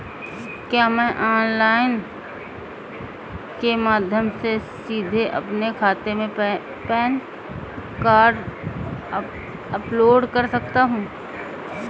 क्या मैं ऑनलाइन के माध्यम से सीधे अपने खाते में पैन कार्ड अपलोड कर सकता हूँ?